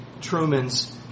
Truman's